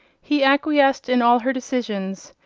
he acquiesced in all her decisions,